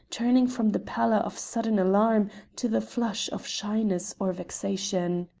turning from the pallor of sudden alarm to the flush of shyness or vexation.